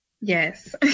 Yes